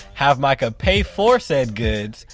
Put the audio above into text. have micah pay for said goods,